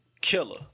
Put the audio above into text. Killer